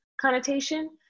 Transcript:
connotation